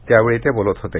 त्यावेळी ते बोलत होते